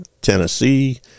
tennessee